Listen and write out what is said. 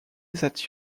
that